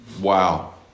Wow